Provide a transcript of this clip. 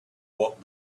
what